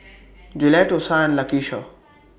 Jolette Osa and Lakisha